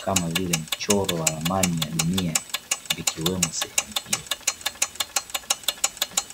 kama vile mchoro wa ramani ya dunia vikiwemo sehemu hio.